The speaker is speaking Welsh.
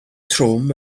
trwm